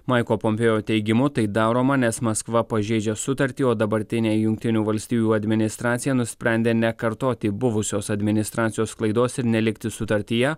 maiko pompėjo teigimu tai daroma nes maskva pažeidžia sutartį o dabartinė jungtinių valstijų administracija nusprendė nekartoti buvusios administracijos klaidos ir nelikti sutartyje